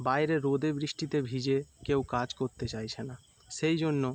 বাইরে রোদে বৃষ্টিতে ভিজে কেউ কাজ করতে চাইছে না সেই জন্য